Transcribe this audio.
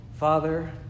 Father